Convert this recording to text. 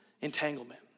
entanglement